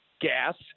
gas